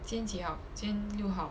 今天几号几天六号